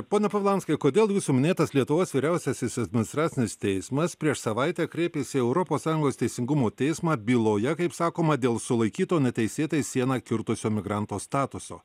pone povilanskai kodėl jūsų minėtas lietuvos vyriausiasis administracinis teismas prieš savaitę kreipėsi į europos sąjungos teisingumo teismą byloje kaip sakoma dėl sulaikyto neteisėtai sieną kirtusio migranto statuso